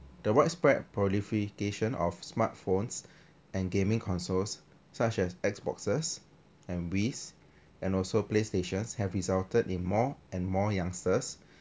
the widespread qualification of smartphones and gaming consoles such as X boxes and weiss and also play stations have resulted in more and more youngsters